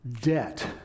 debt